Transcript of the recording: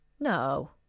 No